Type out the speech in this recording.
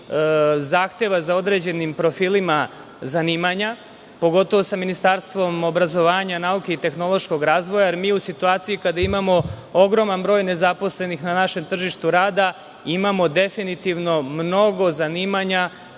zahteva za određenim profilima zanimanja, pogotovo sa Ministarstvom obrazovanja, nauke i tehnološkog razvoja, jer mi, u situaciji kada imamo ogroman broj nezaposlenih na našem tržištu rada, imamo definitivno mnogo zanimanja